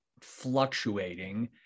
fluctuating